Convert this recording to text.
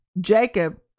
Jacob